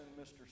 Mr